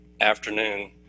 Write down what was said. afternoon